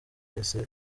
wese